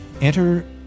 Enter